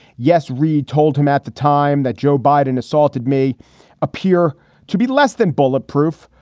yes, reid told him at the time that joe biden assaulted may appear to be less than bullet proof.